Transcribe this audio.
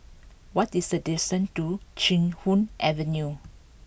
what is the distance to Chee Hoon Avenue